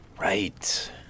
Right